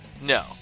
No